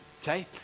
Okay